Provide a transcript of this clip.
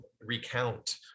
recount